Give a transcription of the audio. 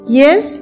yes